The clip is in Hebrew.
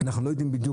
אנחנו לא יודעים בדיוק,